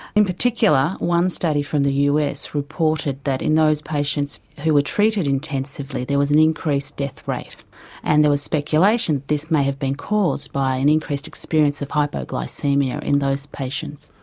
in particular one study from the us reported that in those patients who were treated intensively there was an increased death rate and there was speculation that this may have been caused by an increased experience of hypoglycaemia in those patients.